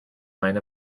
line